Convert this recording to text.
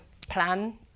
plan